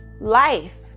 life